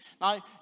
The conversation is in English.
now